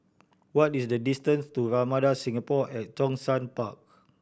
what is the distance to Ramada Singapore at Zhongshan Park